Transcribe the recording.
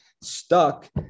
stuck